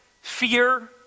fear